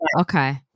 okay